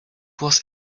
was